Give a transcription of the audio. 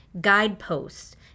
guideposts